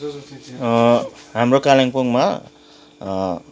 हाम्रो कालिम्पोङमा